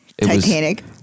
Titanic